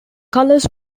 colours